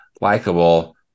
likable